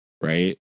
right